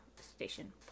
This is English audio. Station